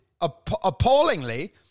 appallingly